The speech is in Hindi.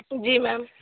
जी मेम